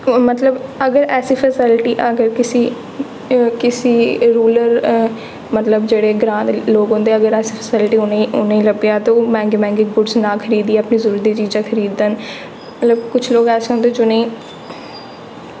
ते मतलब अगर ऐसाी फेस्लिटी अगर किसी किसी रूरल मतलब जेह्ड़े ग्रांऽ दे लोक होंदे अगर एह् फैस्लिटी उ'नेंगी लब्भी जा ते ओह् मैंह्गी मैंह्गी गुड्स ना खरीदियै अपने जरूरत दियां चीजां खरीदन कुछ लोक ऐसे होंदे जि'नेंगी